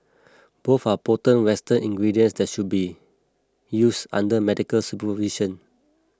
both are potent western ingredients that should be use under medical supervision